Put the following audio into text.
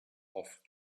off